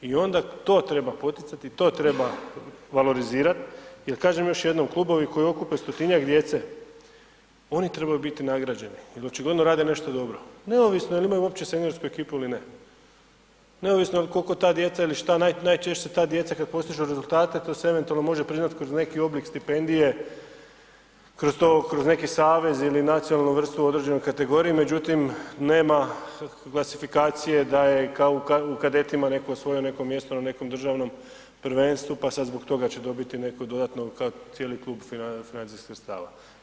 I onda to treba poticati, to treba valorizirati jer kažem još jednom, klubovi koji okupe 100-tinjak djece, oni trebaju biti nagrađeni jer očigledno rade nešto dobro, neovisno jel imaju uopće seniorsku ekipu ili ne, neovisno koliko ta djeca ili najčešće ta djeca kad postižu rezultate, to se eventualno može pričati kroz neki oblik stipendije, kroz neki savez ili nacionalnu vrstu određene kategorije međutim nema klasifikacije da je u kadetima netko osvojio mjesto na nekom državnom prvenstvu pa sad zbog toga će dobiti neku dodatno kao cijeli klub financijskih sredstava.